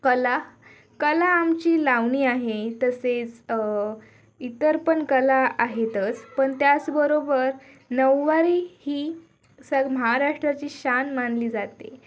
कला कला आमची लावणी आहे तसेच इतर पण कला आहेतच पण त्याचबरोबर नऊवारी ही अस्सल महाराष्ट्राची शान मानली जाते